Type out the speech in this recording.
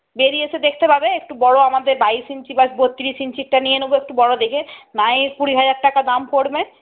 বেরিয়ে এসে দেখতে পাবে একটু বড় আমাদের বাইশ ইঞ্চি বা বত্রিশ ইঞ্চিরটা নিয়ে নেব একটু বড় দেখে না হয় কুড়ি হাজার টাকা দাম পড়বে